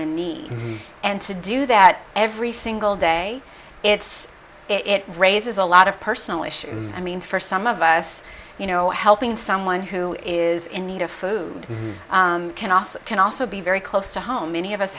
in need and to do that every single day it's it raises a lot of personal issues i mean for some of us you know helping someone who is in need of food can also can also be very close to home many of us